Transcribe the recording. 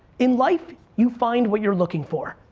in life, you find what you're looking for.